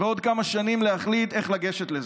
ועוד כמה שנים להחליט איך לגשת לזה.